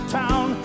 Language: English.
town